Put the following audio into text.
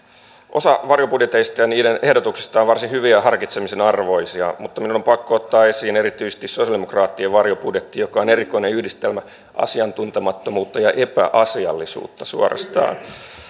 osa varjobudjeteista ja niiden ehdotuksista on varsin hyviä ja harkitsemisen arvoisia mutta minun on pakko ottaa esiin erityisesti sosialidemokraattien varjobudjetti joka on erikoinen yhdistelmä asiantuntemattomuutta ja epäasiallisuutta suorastaan